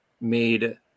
made